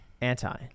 Anti